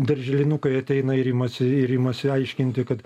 darželinukai ateina ir imasi ir imasi aiškinti kad